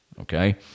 Okay